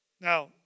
Now